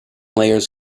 layers